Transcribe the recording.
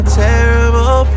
terrible